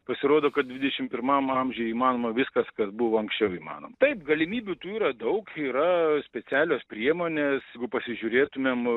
pasirodo kad dvidešim pirmam amžiuj įmanoma viskas kas buvo anksčiau įmanoma taip galimybių tų yra daug yra specialios priemonės jeigu pasižiūrėtumėm